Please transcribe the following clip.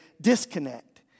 disconnect